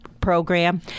program